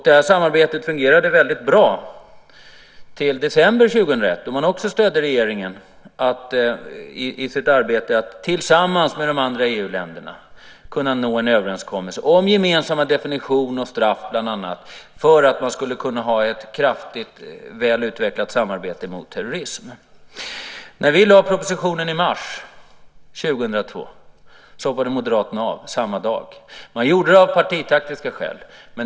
Detta samarbete fungerade väldigt bra till december 2001 då man också stödde regeringen i arbetet med att tillsammans med de andra EU-länderna nå en överenskommelse om bland annat gemensamma definitioner och straff för få till stånd ett väl utvecklat samarbete mot terrorism. Samma dag som vi lade fram propositionen i mars 2002 hoppade Moderaterna av, och det gjorde man av partitaktiska skäl.